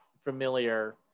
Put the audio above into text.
familiar